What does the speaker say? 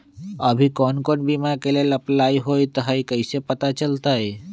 अभी कौन कौन बीमा के लेल अपलाइ होईत हई ई कईसे पता चलतई?